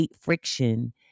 friction